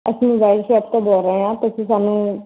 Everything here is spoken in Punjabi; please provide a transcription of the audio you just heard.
ਅਸੀਂ ਮੋਬਾਇਲ ਸ਼ੋਪ ਤੋਂ ਬੋਲ ਰਹੇ ਹਾਂ ਤੁਸੀਂ ਸਾਨੂੰ